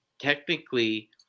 technically